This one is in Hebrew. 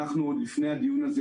לפני הדיון הזה,